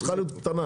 צריכה להיות קטנה,